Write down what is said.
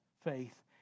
faith